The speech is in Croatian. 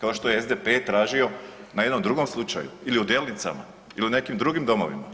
kao što je SDP tražio na jednom drugom slučaju ili u Delnicama ili u nekim drugim domovima.